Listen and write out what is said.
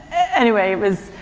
anyway it was,